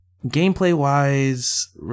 Gameplay-wise